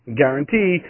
guarantee